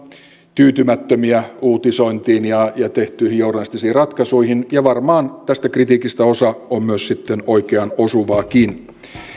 tyytymättömiä uutisointiin ja tehtyihin journalistisiin ratkaisuihin ja varmaan tästä kritiikistä osa on myös sitten oikeaan osuvaakin